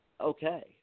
okay